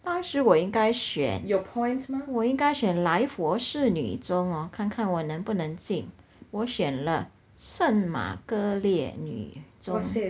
当时我应该选我应该选莱佛士女中 hor 看看我能不能进我选了圣玛格烈女中